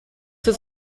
his